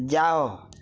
ଯାଅ